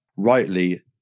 Rightly